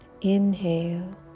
Inhale